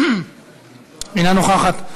אינה נוכחת,